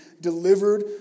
delivered